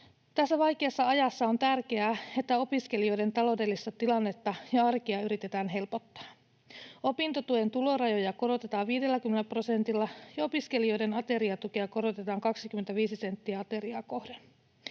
Tässä vaikeassa ajassa on tärkeää, että opiskelijoiden taloudellista tilannetta ja arkea yritetään helpottaa. Opintotuen tulorajoja korotetaan 50 prosentilla ja opiskelijoiden ateriatukea korotetaan 25 senttiä ateriaa kohden.